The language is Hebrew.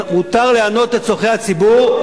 מותר להיענות לצורכי הציבור,